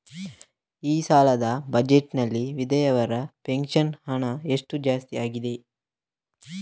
ಈ ಸಲದ ಬಜೆಟ್ ನಲ್ಲಿ ವಿಧವೆರ ಪೆನ್ಷನ್ ಹಣ ಎಷ್ಟು ಜಾಸ್ತಿ ಆಗಿದೆ?